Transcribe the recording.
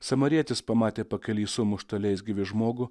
samarietis pamatė pakely sumuštą leisgyvį žmogų